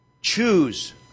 Choose